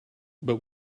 but